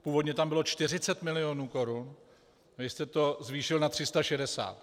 Původně tam bylo 40 milionů korun, vy jste to zvýšil na 360.